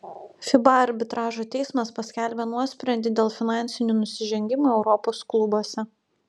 fiba arbitražo teismas paskelbė nuosprendį dėl finansinių nusižengimų europos klubuose